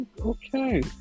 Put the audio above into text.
okay